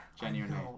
Genuinely